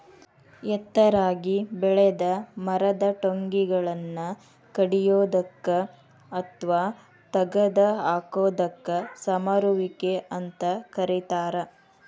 ಎತ್ತರಾಗಿ ಬೆಳೆದ ಮರದ ಟೊಂಗಿಗಳನ್ನ ಕಡಿಯೋದಕ್ಕ ಅತ್ವಾ ತಗದ ಹಾಕೋದಕ್ಕ ಸಮರುವಿಕೆ ಅಂತ ಕರೇತಾರ